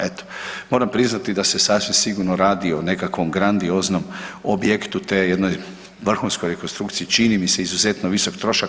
Eto, moram priznati da se sasvim sigurno radi o nekakvom grandioznom objektu te jednoj vrhunskoj rekonstrukciji čini mi se izuzetno visok trošak.